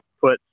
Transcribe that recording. put